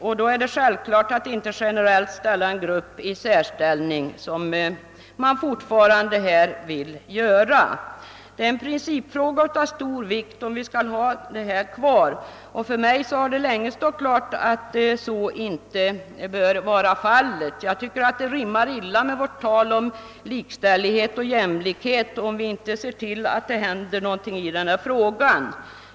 Då är det också självklart att man inte generellt bör ge en grupp en särställning, som man här fortfarande vill göra. Det är en principfråga av stor vikt om vi skall ha detta kvar, men för mig har det tauge stått klart att så inte bör vara fallet. Jag tycker att det rimmar illa med vårt tal om likställighet och jämlikhet, om vi inte ser till att det händer någonting på detta område.